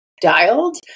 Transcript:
dialed